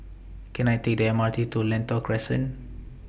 Can I Take The M R T to Lentor Crescent